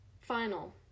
final